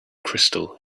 crystal